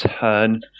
turn